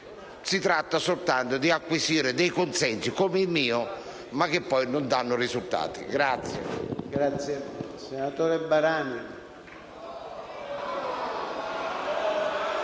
si tratta soltanto di acquisire dei consensi, come il mio, che poi non danno risultati.